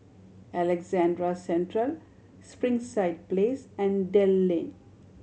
Alexandra Central Springside Place and Dell Lane